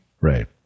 Right